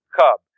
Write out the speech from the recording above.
cub